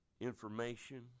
information